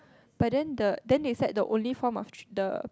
but then the then they said the only form of trea~ the